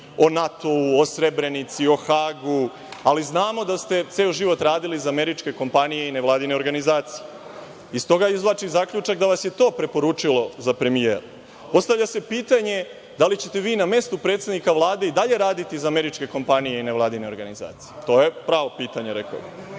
o NATO-u, o Srebrenici, o Hagu, ali znamo da ste ceo život radili za američke kompanije i nevladine organizacije. Iz toga izvlačim zaključim da vas je to preporučilo za premijera. Postavlja se pitanje, da li ćete vi, na mestu predsednika Vlade i dalje raditi za američke kompanije i nevladine organizacije? To je pravo pitanje, rekao